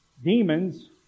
Demons